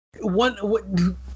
one